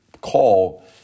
call